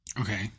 okay